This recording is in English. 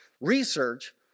research